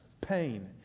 pain